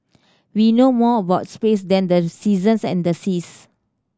we know more about space than the seasons and the seas